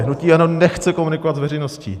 Hnutí ANO nechce komunikovat s veřejností.